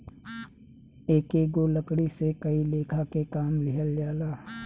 एकेगो लकड़ी से कई लेखा के काम लिहल जाला